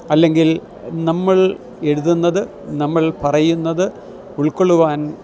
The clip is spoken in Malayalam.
അല്ലെങ്കിൽ നമ്മൾ എഴുതുന്നത് നമ്മൾ പറയുന്നത് ഉൾക്കൊള്ളുവാൻ